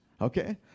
Okay